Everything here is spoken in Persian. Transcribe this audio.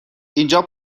اینجا